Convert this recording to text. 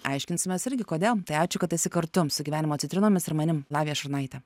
aiškinsimės irgi kodėl tai ačiū kad esi kartu su gyvenimo citrinomis ir manim lavija šurnaite